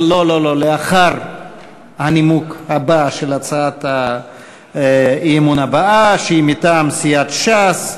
לאחר הנימוק של הצעת האי-אמון הבאה מטעם סיעת ש"ס: